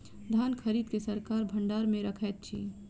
धान खरीद के सरकार भण्डार मे रखैत अछि